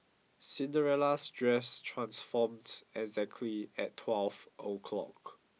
Cinderella's dress transformed exactly at twelve o'clock